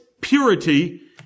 purity